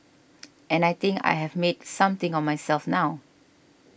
and I think I have made something of myself now